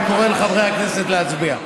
אני קורא לחברי הכנסת להצביע.